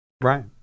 Right